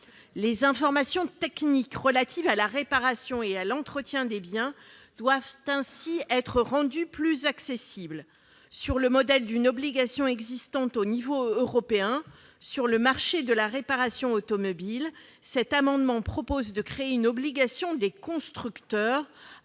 Les informations techniques relatives à la réparation et à l'entretien des biens doivent être rendues plus accessibles sur le modèle de l'obligation qui existe au niveau européen pour le marché de la réparation automobile. Cet amendement tend à obliger les constructeurs